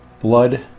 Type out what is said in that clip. blood